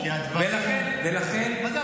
אף אחד